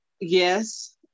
Yes